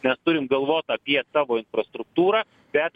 mes turim galvot apie savo infrastruktūrą bet